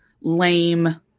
lame